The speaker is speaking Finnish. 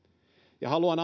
ja haluan